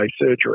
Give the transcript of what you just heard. surgery